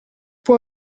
può